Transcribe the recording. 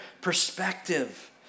perspective